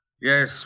Yes